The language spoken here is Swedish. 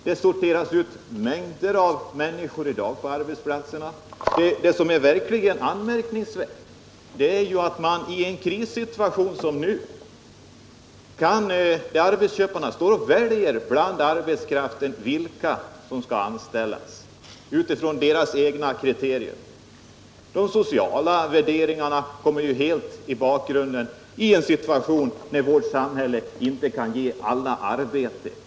Det sorteras i dag ut mängder av människor. I en krissituation som dagens väljer arbetsköparna helt efter sina egna kriterier vilka som skall anställas. De sociala värderingarna kommer i bakgrunden i ett läge då vårt samhälle inte kan ge alla arbete.